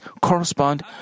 correspond